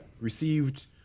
received